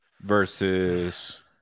Versus